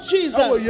Jesus